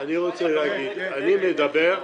אני מדבר,